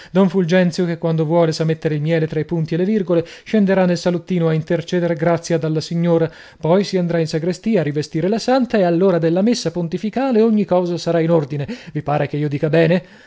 don fulgenzio che quando vuole sa mettere il miele tra i punti e le virgole scenderà nel salottino a interceder grazia dalla signora poi si andrà in sagrestia a rivestire la santa e all'ora della messa pontificale ogni cosa sarà in ordine vi pare che io dica bene